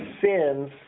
sins